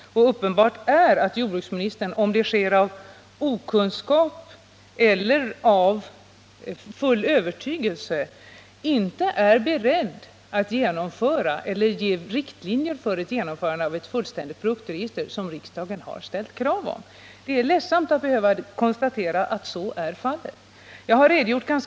Uppenbart är att jordbruksministern, oavsett om det sker av okunskap eller av full övertygelse, inte är beredd att genomföra eller ge riktlinjer för ett genomförande av ett fullständigt produktregister, något som riksdagen har krävt. Det är ledsamt att behöva konstatera att jordbruksministern har den inställningen.